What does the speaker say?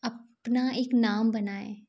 अपना एक नाम बनाएँ